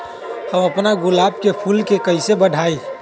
हम अपना गुलाब के फूल के कईसे बढ़ाई?